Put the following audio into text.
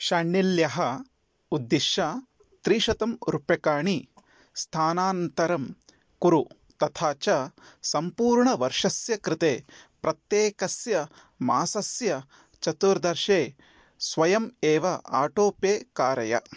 शाण्डिल्यः उद्दिश्य त्रिशतं रूप्यकाणि स्थानान्तरं कुरु तथा च सम्पूर्णवर्षस्य कृते प्रत्येकस्य मासस्य चतुर्दशे स्वयम् एव आटो पे कारय